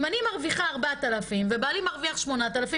אם אני מרוויחה 4,000 ובעלי מרוויח 8,000,